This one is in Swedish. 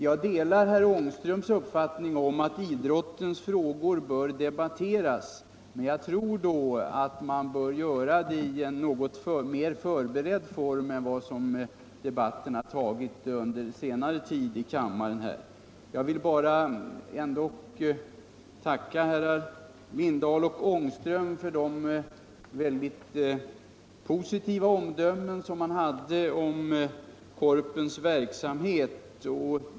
Jag delar herr Ångströms uppfattning att idrottens frågor bör debatteras, men det bör nog ske något mer förberett än den senaste tidens debatt här i kammaren. Jag vill tacka herrar Lindahl i Lidingö och Ångström för deras mycket positiva omdömen om Korpens verksamhet.